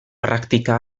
praktika